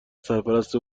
سرپرست